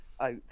out